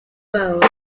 world